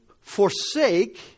forsake